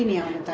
mmhmm